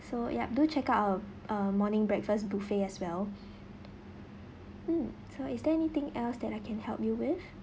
so yup do check out our uh morning breakfast buffet as well mm so is there anything else that I can help you with